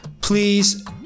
Please